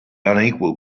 unequal